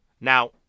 Now